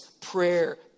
prayer